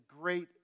great